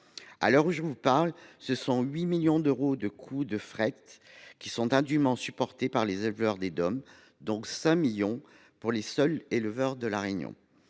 À l’heure où je vous parle, ce sont 8 millions d’euros de coût de fret qui sont indûment supportés par les éleveurs des DOM, dont 5 millions d’euros pour les seuls éleveurs de La Réunion.